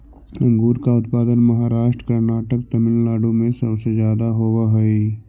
अंगूर का उत्पादन महाराष्ट्र, कर्नाटक, तमिलनाडु में सबसे ज्यादा होवअ हई